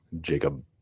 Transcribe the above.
Jacob